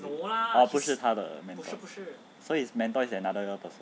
oh 不是他的 mentor so his mentor is another person